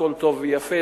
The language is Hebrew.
הכול טוב ויפה,